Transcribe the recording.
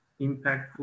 impactful